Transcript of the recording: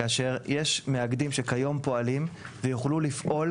כאשר יש מאגדים שכיום פועלים ויוכלו לפעול